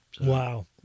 Wow